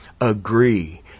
agree